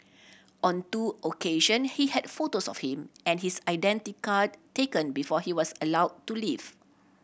on two occasion he had photos of him and his identity card taken before he was allow to leave